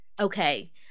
Okay